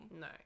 no